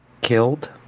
killed